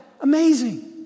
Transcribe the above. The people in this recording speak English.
amazing